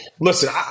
listen